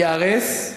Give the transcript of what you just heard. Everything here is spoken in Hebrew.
ייהרס,